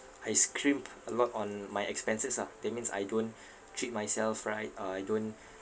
I scrimp a lot on my expenses ah that means I don't treat myself right uh I don't